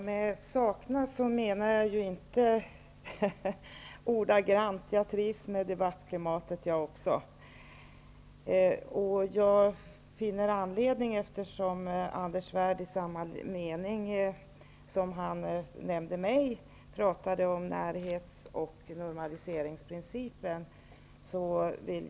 Herr talman! Jag menar inte ordagrant att jag saknar något. Även jag trivs med debattklimatet. I samband med att Anders Svärd nämnde mitt namn tog han upp närhets och normaliseringsprincipen.